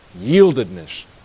yieldedness